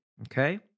okay